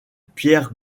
pierre